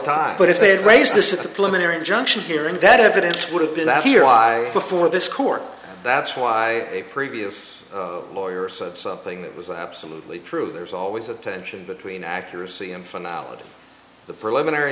time but if they had raised disciplinary injunction hearing that evidence would have been that here i before this court that's why i a previous lawyer said something that was absolutely true there's always a tension between accuracy in phonology the preliminary